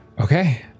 Okay